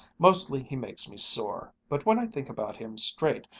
mostly he makes me sore, but when i think about him straight,